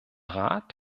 rat